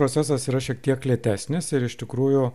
procesas yra šiek tiek lėtesnis ir iš tikrųjų